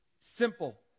simple